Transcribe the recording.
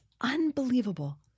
unbelievable